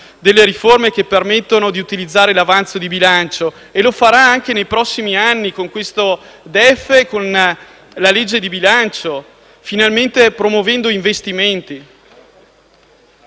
riforme che permettono di utilizzare l'avanzo di bilancio e lo farà anche nei prossimi anni, con questo DEF e con la legge di bilancio, finalmente promuovendo investimenti.